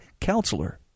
counselor